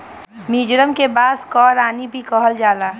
मिजोरम के बांस कअ रानी भी कहल जाला